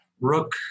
rook